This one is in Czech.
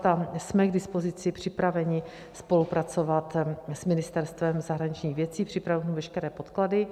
A jsme k dispozici, připraveni spolupracovat s Ministerstvem zahraničních věcí, připravujeme veškeré podklady.